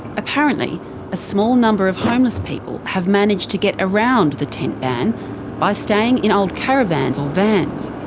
apparently a small number of homeless people have managed to get around the tent ban by staying in old caravans or vans.